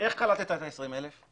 איך קלטת את ה-20,000?